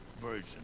Version